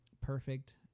perfect